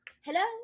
Hello